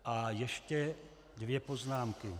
A ještě dvě poznámky.